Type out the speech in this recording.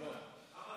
למה חמש?